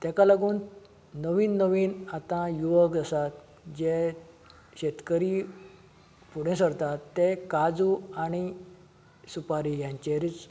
तेका लागून नवीन नवीन आतां युवक आसा जे शेतकरी फुडें सरता ते काजू आनी सुपारी हेंचेरच